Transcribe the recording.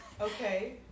Okay